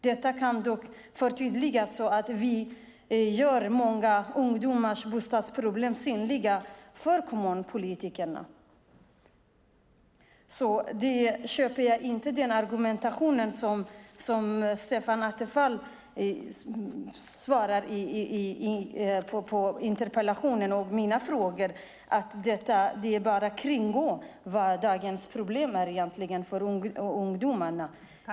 Detta kan dock förtydligas, så att vi gör många ungdomars bostadsproblem synliga för kommunpolitikerna. Jag köper inte Stefan Attefalls argumentation i interpellationssvaret. Detta är bara att kringgå vad dagens problem egentligen är för ungdomarna.